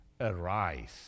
Arise